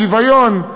שוויון,